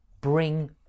Bring